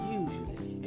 usually